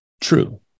true